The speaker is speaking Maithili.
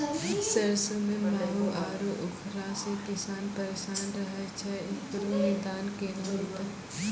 सरसों मे माहू आरु उखरा से किसान परेशान रहैय छैय, इकरो निदान केना होते?